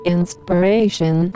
Inspiration